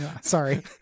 Sorry